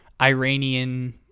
Iranian